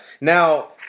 Now